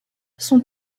son